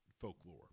folklore